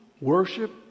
worship